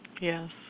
Yes